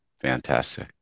Fantastic